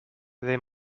they